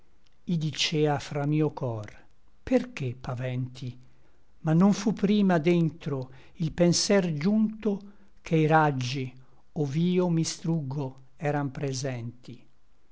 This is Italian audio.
i dicea fra mio cor perché paventi ma non fu prima dentro il penser giunto che i raggi ov'io mi struggo eran presenti